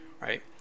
right